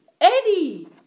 Eddie